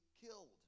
killed